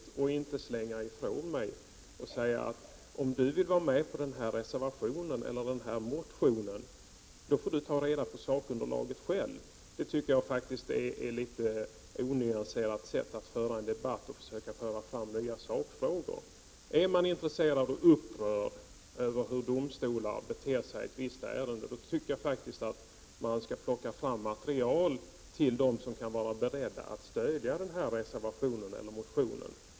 Jag försöker då inte slänga ifrån mig frågan genom att säga: ”Om ni vill vara med på den här reservationen eller den här motionen får ni ta reda på sakunderlaget själva.” Jag tycker att det är ett litet onyanserat sätt att debattera och försöka föra fram nya sakfrågor på. Är man intresserad av och upprörd över hur domstolar beter sig i ett visst ärende tycker jag att man skall plocka fram material till dem som kan vara beredda att stödja reservationen eller motionen.